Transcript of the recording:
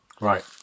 Right